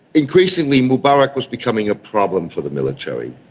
increasingly mubarak was becoming a problem for the military.